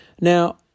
Now